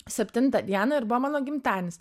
septintą dieną ir buvo mano gimtadienis